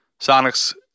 Sonics